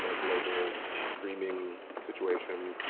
but global streaming situation.